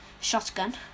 shotgun